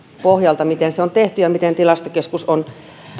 pohjalta miten se on tehty ja miten tilastokeskus on